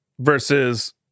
Versus